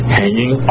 hanging